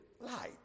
light